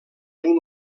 una